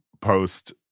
post